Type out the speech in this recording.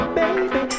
baby